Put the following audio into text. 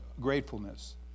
gratefulness